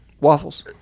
Waffles